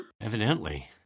Evidently